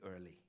early